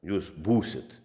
jūs būsit